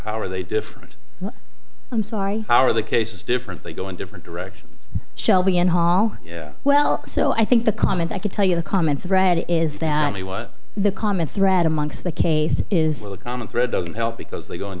how are they different i'm sorry how are the cases different they go in different directions shelby and hall yeah well so i think the comment i could tell you the common thread is that what the common thread amongst the case is the common thread doesn't help because they go in